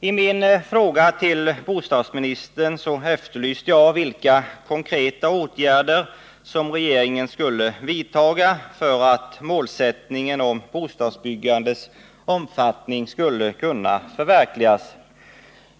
I min fråga till bostadsministern efterlyste jag vilka konkreta åtgärder som regeringen skulle vidta för att målsättningen när det gäller bostadsbyggandets omfattning skulle kunna förverkligas.